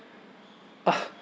uh